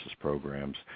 Programs